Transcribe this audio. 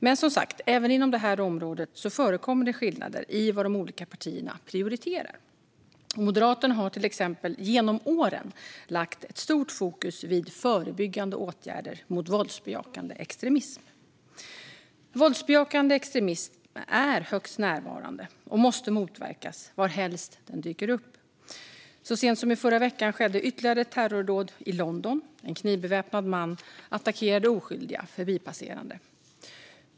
Men, som sagt, även inom detta område förekommer det skillnader i vad de olika partierna prioriterar. Moderaterna har till exempel genom åren lagt ett stort fokus vid förebyggande åtgärder mot våldsbejakande extremism. Våldsbejakande extremism är högst närvarande och måste motverkas varhelst den dyker upp. Så sent som i förra veckan skedde ytterligare ett terrordåd i London. En knivbeväpnad man attackerade oskyldiga förbipasserande.